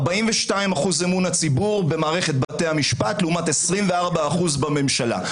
42% אמון הציבור במערכת בתי המשפט לעומת 24% בממשלה.